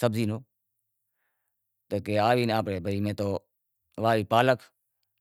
سبزی نو تو کہے آوی میں تو واہوی پالک